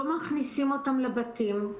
לא מכניסים אותם לבתים.